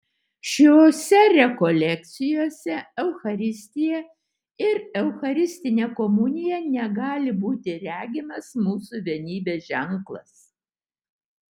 šiose rekolekcijose eucharistija ir eucharistinė komunija negali būti regimas mūsų vienybės ženklas